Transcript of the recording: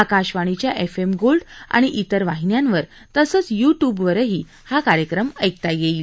आकाशवाणीच्या F M gold आणि इतर वाहिन्यांवर तसंच यु ट्यूबवरही हा कार्यक्रम ऐकता येईल